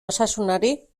osasunari